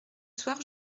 soir